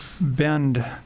bend